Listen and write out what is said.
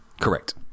Correct